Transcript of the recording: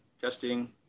Testing